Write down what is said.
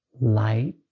light